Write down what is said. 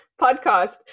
podcast